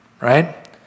right